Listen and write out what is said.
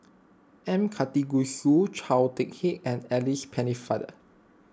M Karthigesu Chao Hick Tin and Alice Pennefather